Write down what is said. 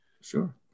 Sure